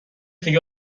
دیگه